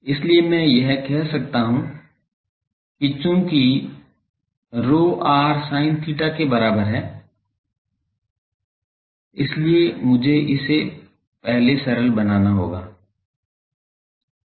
इसलिए मैं यह कह सकता हूं कि चूंकि ρ r sin theta के बराबर है इसलिए मुझे इसे पहले सरल बनाना चाहिए